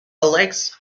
elects